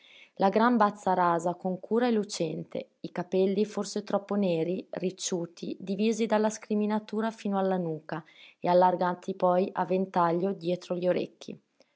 la gran bazza rasa con cura e lucente i capelli forse troppo neri ricciuti divisi dalla scriminatura fino alla nuca e allargati poi a ventaglio dietro gli orecchi